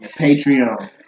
Patreon